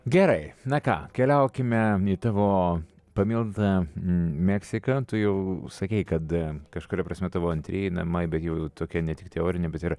gerai na ką keliaukime į tavo pamiltą meksiką tu jau sakei kad kažkuria prasme tavo antrieji namai bet jau tokia ne tik teorinė bet ir